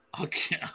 Okay